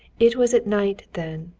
it was at night then,